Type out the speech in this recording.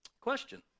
Question